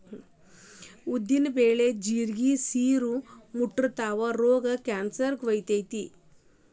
ಉದ್ದಿನ ಬಳಿಗೆ ಜಿಗಿ, ಸಿರು, ಮುಟ್ರಂತಾ ರೋಗ ಕಾನ್ಸಕೊತೈತಿ